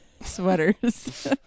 sweaters